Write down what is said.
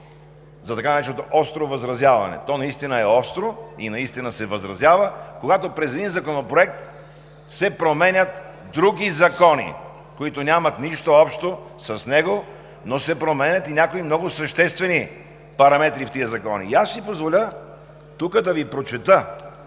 за така нареченото остро възразяване. То наистина е остро и наистина се възразява, когато през един законопроект се променят други закони, които нямат нищо общо с него, но се променят и някои много съществени параметри в тези закони. И аз ще си позволя тук да Ви прочета